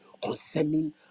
concerning